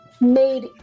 made